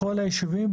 בכל היישובים,